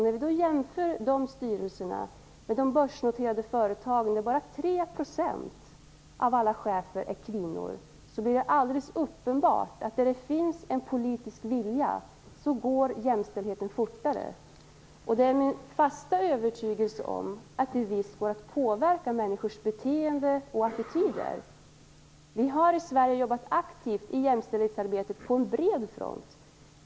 Jämför då de styrelserna med de börsnoterade företagen, där bara 3 % av cheferna är kvinnor. Det blir då alldeles uppenbart att jämställdheten går fortare framåt där det finns en politisk vilja. Det är min fasta övertygelse att det visst går att påverka människors beteende och attityder. Vi har i Sverige jobbat aktivt i jämställdhetsarbetet på bred front.